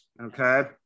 Okay